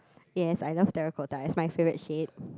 yes I love terracotta it's my favourite shade